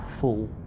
full